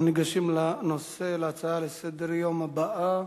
אנחנו ניגשים להצעה לסדר-היום הבאה: